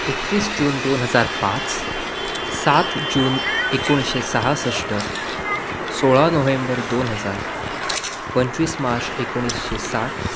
एकवीस जून दोन हजार पाच सात जून एकोणीसशे सहासष्ट सोळा नोव्हेंबर दोन हजार पंचवीस मार्च एकोणीसशे साठ